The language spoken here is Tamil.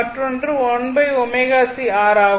மற்றொன்று 1ω c R ஆகும்